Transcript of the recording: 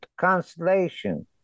constellation